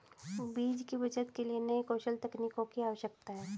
बीज की बचत के लिए नए कौशल तकनीकों की आवश्यकता है